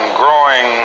growing